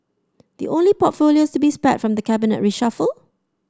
the only portfolios to be spared from the cabinet reshuffle